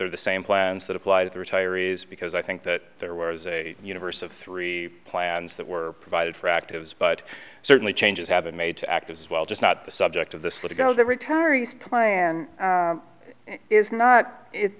they're the same plans that applies to retirees because i think that there was a universe of three plans that were provided for actives but certainly changes have been made to act as well just not the subject of the sligo the retiree's plan is not it's